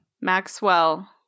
Maxwell